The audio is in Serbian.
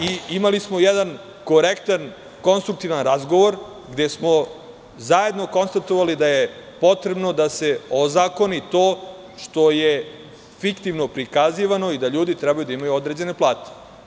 Imali smo jedan korektan, konstruktivan razgovor, gde smo zajedno konstatovali da je potrebno da se ozakoni to što je fiktivno prikazivano i da ljudi treba da imaju određene plate.